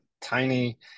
tiny